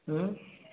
ହୁଁ